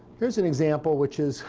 here's an example, which is